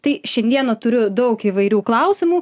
tai šiandieną turiu daug įvairių klausimų